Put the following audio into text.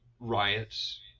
riots